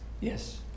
Yes